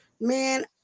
Man